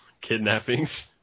kidnappings